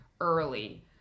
early